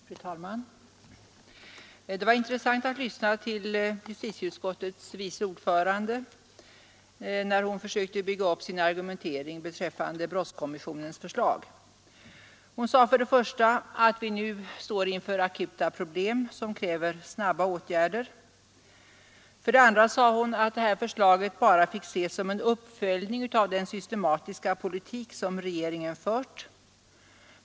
Fru talman! Det var intressant att lyssna till justitieutskottets vice ordförande, när hon försökte bygga upp sin argumentering beträffande brottskommissionens förslag. För det första sade hon att vi nu står inför akuta problem som kräver snabba åtgärder. För det andra sade hon att det här förslaget bara fick ses som en uppföljning av den systematiska politik som regeringen fört.